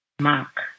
Mark